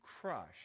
crush